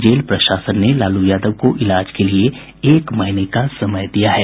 jail प्रशासन ने लालू यादव को इलाज के लिए एक महीने का समय दिया है